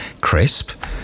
crisp